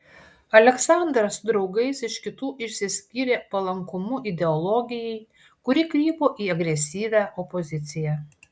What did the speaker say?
aleksandras su draugais iš kitų išsiskyrė palankumu ideologijai kuri krypo į agresyvią opoziciją